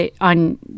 on